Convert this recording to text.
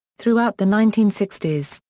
throughout the nineteen sixty s,